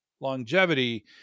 longevity